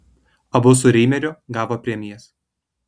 abu su reimeriu gavo premijas